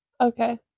okay